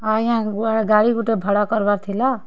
ହଁ ଆଜ୍ଞା ଗାଡ଼ି ଗୁଟେ ଭଡ଼ା କର୍ବାର୍ ଥିଲା